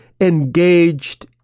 engaged